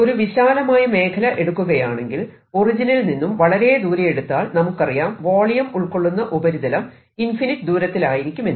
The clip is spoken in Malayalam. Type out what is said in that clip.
ഒരു വിശാലമായ മേഖല എടുക്കയാണെങ്കിൽ ഒറിജിനിൽ നിന്നും വളരെ ദൂരെ എടുത്താൽ നമുക്കറിയാം വോളിയം ഉൾകൊള്ളുന്ന ഉപരിതലം ഇൻഫിനിറ്റ് ദൂരത്തിലായിരിക്കുമെന്ന്